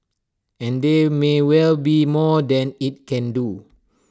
and there may well be more than IT can do